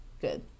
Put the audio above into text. Good